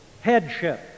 headship